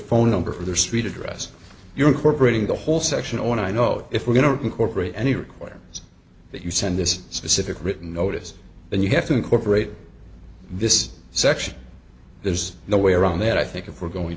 phone number for their street address your corporate ng the whole section on i know if we're going to incorporate any requirements that you send this specific written notice and you have to incorporate this section there's no way around that i think if we're going